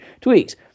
tweaks